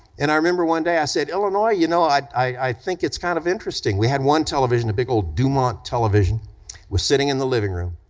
and i remember one day i said, illinois, you know, i i think it's kind of interesting, we had one television, a big old dumont television, it was sitting in the living room.